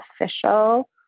official